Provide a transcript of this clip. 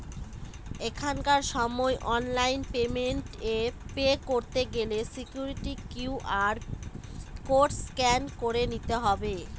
এখনকার সময় online payment এ পে করতে গেলে সিকুইরিটি কিউ.আর কোড স্ক্যান করে নিতে হবে